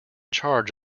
charge